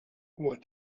what